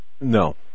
No